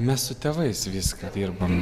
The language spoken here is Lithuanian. mes su tėvais viską dirbam